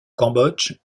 cambodge